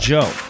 Joe